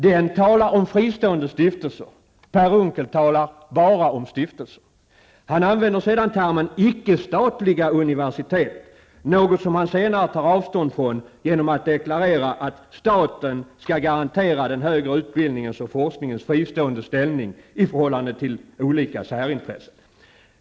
Den talar om fristående stiftelser. Per Unckel talar bara om stiftelser. Han använder sedan termen icke statliga universitet, något som han senare tar avstånd från genom att deklarera att staten skall garantera den högre utbildningens och forskningens fristående ställning i förhållande till olika särintressen.